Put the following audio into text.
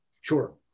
sure